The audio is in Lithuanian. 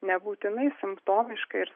nebūtinai simptomiškai ir